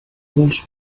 dels